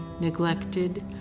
neglected